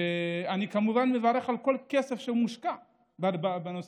ואני כמובן מברך על כל כסף שמושקע בנושא.